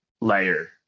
layer